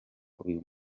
uyu